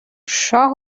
شاه